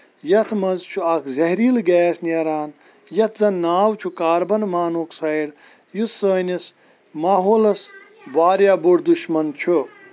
یَتھ منٛز چھُ اکھ زہریٖلہٕ گیس نیران یَتھ زَن ناو چھُ کاربن مونوآکسایڈ یُس سٲنِس ماحولَس واریاہ بوٚڑ دُشمَن چھُ